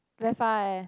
very far eh